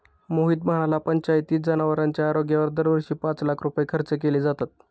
मोहित म्हणाला, पंचायतीत जनावरांच्या आरोग्यावर दरवर्षी पाच लाख रुपये खर्च केले जातात